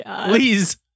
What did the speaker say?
Please